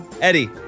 Eddie